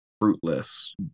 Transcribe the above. fruitless